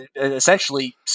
essentially